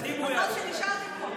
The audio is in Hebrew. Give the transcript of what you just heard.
מזל שנשארתי פה.